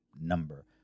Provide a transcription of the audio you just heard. number